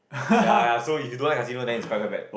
ya ya so if you don't like casino then it's quite quite bad